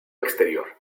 exterior